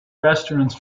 restaurants